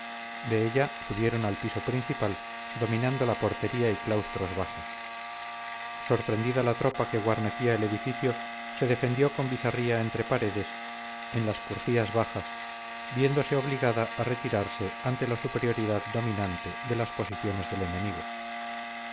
de ella subieron al piso principal dominando la portería y claustros bajos sorprendida la tropa que guarnecía el edificio se defendió con bizarría entre paredes en las crujías bajas viéndose obligada a retirarse ante la superioridad dominante de las posiciones del enemigo